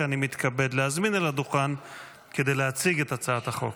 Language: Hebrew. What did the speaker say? שאני מתכבד להזמין אל הדוכן כדי להציג את הצעת החוק.